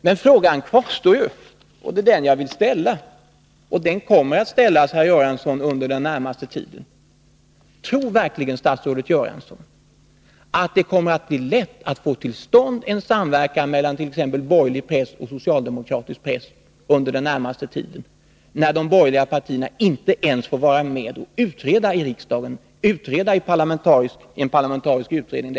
Men frågan kvarstår ju, och det är den jag vill ställa och som kommer att ställas, herr Göransson, under den närmaste tiden: Tror verkligen statsrådet Göransson att det kommer att bli lätt att få till stånd en samverkan mellan t.ex. borgerlig press och socialdemokratisk press under den närmaste tiden, när de borgerliga partierna inte ens får vara med och utreda detta i riksdagen, i en parlamentarisk utredning?